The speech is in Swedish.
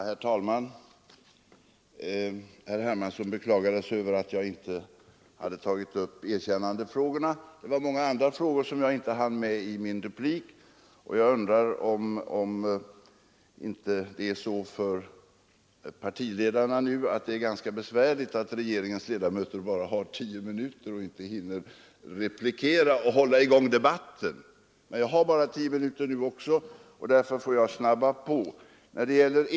Herr talman! Herr Hermansson beklagade sig över att jag inte hade tagit upp erkännandefrågorna. Det var många andra frågor som jag inte hann med i min replik. Jag undrar om det inte är ganska besvärligt för partiledarna att regeringens ledamöter numera bara har tio minuter till sitt förfogande och inte hinner replikera och hålla i gång debatten. Men jag har som sagt bara tio minuter på mig den här gången också.